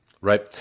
Right